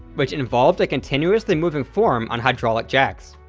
which involved a continuously moving form on hydraulic jacks.